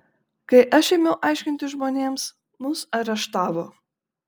kai aš ėmiau aiškinti žmonėms mus areštavo